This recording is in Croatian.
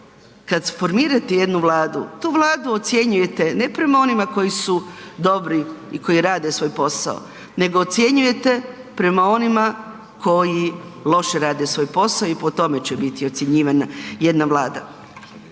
kad formirate jednu Vladu, tu Vladu ocjenjujete ne prema onima koji su dobri i koji rade svoj posao, nego ocjenjujete prema onima koji loše rade svoj posao i po tome će biti ocjenjivana jedna Vlada.